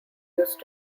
used